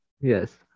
yes